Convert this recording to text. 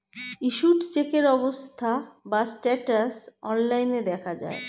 issued চেকের অবস্থা বা স্ট্যাটাস অনলাইন দেখা যায়